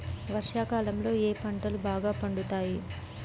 వర్షాకాలంలో ఏ పంటలు బాగా పండుతాయి?